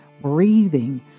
breathing